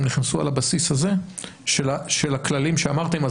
הם נכנסו על הבסיס הזה של הכללים שאמרתם,